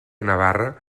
navarra